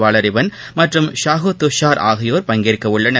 வாளறிவன் மற்றும் ஷாஹு துஷார் ஆகியோர் பங்கேற்க உள்ளனர்